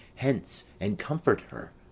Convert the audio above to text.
hence and comfort her.